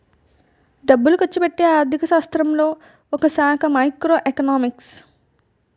డబ్బులు ఖర్చుపెట్టే ఆర్థిక శాస్త్రంలో ఒకశాఖ మైక్రో ఎకనామిక్స్